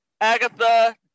Agatha